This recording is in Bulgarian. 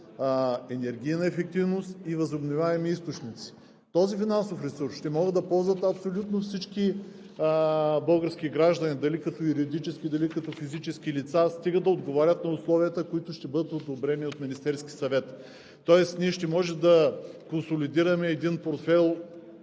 енергийна ефективност и възобновяеми източници. Този финансов ресурс ще могат да ползват абсолютно всички български граждани – дали като юридически, дали като физически лица, стига да отговарят на условията, които ще бъдат одобрени от Министерския съвет. Тоест ние ще можем да консолидираме един портфейл,